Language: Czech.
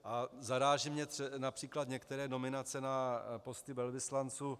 A zarážejí mě například některé nominace na posty velvyslanců.